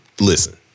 listen